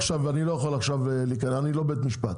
אני לא יכול עכשיו להיכנס, אני לא בית משפט.